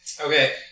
Okay